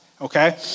okay